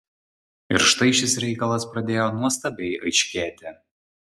ir štai šis reikalas pradėjo nuostabiai aiškėti